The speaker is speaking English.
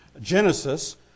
Genesis